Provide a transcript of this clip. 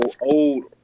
old